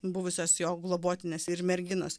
buvusios jo globotinės ir merginos